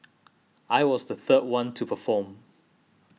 I was the third one to perform